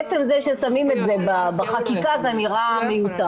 עצם זה ששמים את זה בחקיקה, זה נראה מיותר.